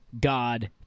god